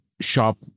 shop